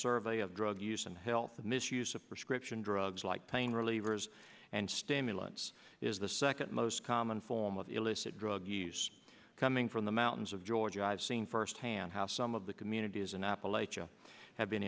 survey of drug use and health the misuse of prescription drugs like pain relievers and stimulants is the second most common form of illicit drug use coming from the mountains of georgia i've seen firsthand how some of the communities in appalachia have been